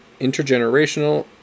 intergenerational